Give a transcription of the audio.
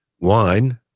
wine